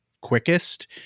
quickest